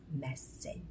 message